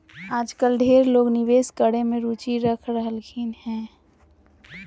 आजकल ढेर लोग निवेश करे मे रुचि ले रहलखिन हें